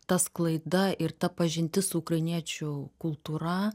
ta sklaida ir ta pažintis su ukrainiečių kultūra